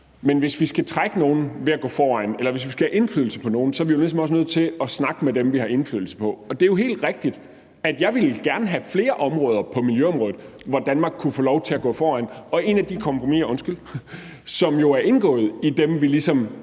Men hvis vi skal trække nogen ved at gå foran, eller hvis vi skal have indflydelse på nogen, så er vi jo ligesom også nødt til at snakke med dem, vi vil have indflydelse på. Det er jo helt rigtigt, at jeg gerne ville have, at der var flere punkter på miljøområdet, hvor Danmark kunne få lov til at gå foran. Og et af de kompromiser, som jo er indgået med dem, vi ligesom